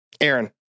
Aaron